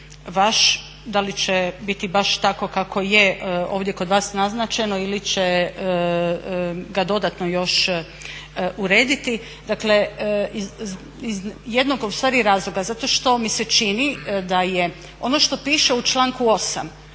vaš, da li će biti baš tako kako je ovdje kod vas naznačeno ili će ga dodatno još urediti. Dakle, iz jednog ustvari razloga zato što mi se čini da je ono što piše u članku 8.